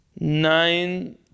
nine